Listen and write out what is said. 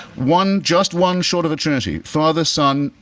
one just one short of a trinity father, son,